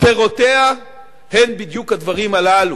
פירותיה הם בדיוק הדברים הללו,